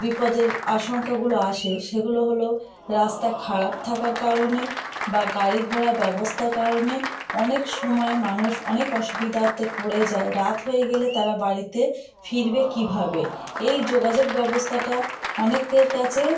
বিপদের আশঙ্কাগুলো আসে সেগুলো হলো রাস্তা খারাপ থাকার কারণে বা গাড়ি ঘোড়া ব্যবস্থার কারণে অনেক সময় মানুষ অনেক অসুবিধাতে পড়ে যায় রাত হয়ে গেলে তারা বাড়িতে ফিরবে কীভাবে এই যোগাযোগ ব্যবস্থাটা অনেকের কাছে